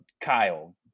kyle